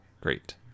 great